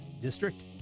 District